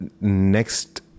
next